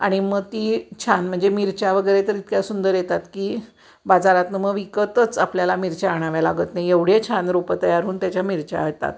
आणि मग ती छान म्हणजे मिरच्या वगैरे तर इतक्या सुंदर येतात की बाजारातून मग विकतच आपल्याला मिरच्या आणाव्या लागत नाही एवढे छान रोपं तयार होऊन त्याच्या मिरच्या येतात